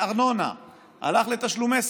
הלכו לתשלומי ארנונה,